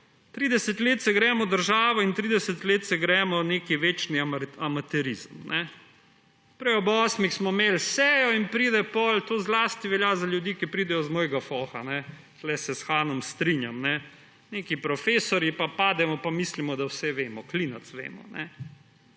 30 let se gremo državo in 30 let se gremo neki večni amaterizem. Prej, ob osmih smo imeli sejo in pride potem –to zlasti velja za ljudi, ki pridejo iz mojega foha, tukaj se s Hanom strinjam, neki profesorji pa pademo pa mislimo, da vse vemo. Klinec vemo.